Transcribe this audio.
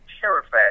terrified